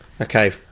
Okay